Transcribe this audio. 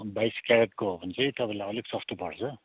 बाइस क्यारेटको हो भने चाहिँ तपाईँको अलिक सस्तो पर्छ